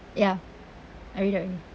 ya I read out already